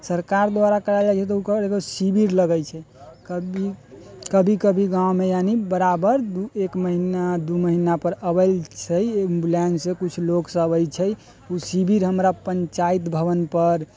सरकार द्वारा करायल जाइ छै तऽ ओकर एगो शिविर लगै छै कभी कभी कभी गाममे यानि बराबर एक महीना दू महीनापर अबैत छै एम्बुलेंस किछु लोकसभ अबैत छै ओ शिविर हमरा पञ्चायत भवनपर